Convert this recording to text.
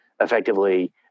effectively